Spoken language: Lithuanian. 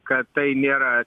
kad tai nėra